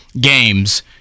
games